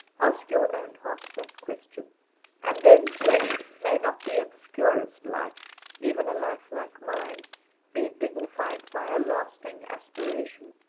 ask your own heart that question and then say, may not the obscurest life even a life like mine be dignified by a lasting aspiration,